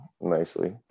nicely